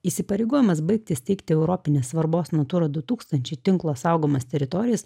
įsipareigojimas baigti steigti europinės svarbos natūra du tūkstančiai tinklo saugomas teritorijas